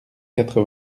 quatre